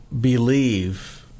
believe